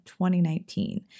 2019